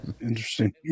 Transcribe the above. Interesting